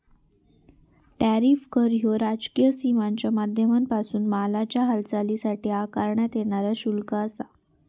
tariff कर ह्यो राजकीय सीमांच्या माध्यमांपासून मालाच्या हालचालीसाठी आकारण्यात येणारा शुल्क आसा